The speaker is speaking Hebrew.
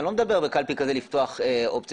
אני לא מדבר על לפתוח בקלפי כזאת אופציה